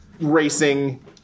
racing